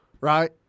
right